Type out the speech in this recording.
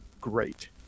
great